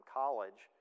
college